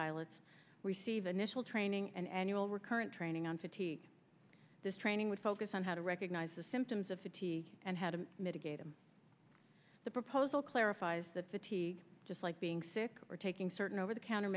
pilots receive initial training and annual recurrent training on fatigue this training with focus on how to recognize the symptoms of city and how to mitigate them the proposal clarifies that fatigue just like being sick or taking certain over the counter